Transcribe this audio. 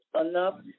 enough